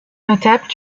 notables